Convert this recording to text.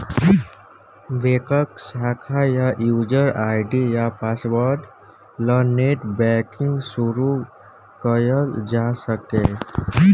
बैंकक शाखा सँ युजर आइ.डी आ पासवर्ड ल नेट बैंकिंग शुरु कयल जा सकैए